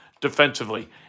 defensively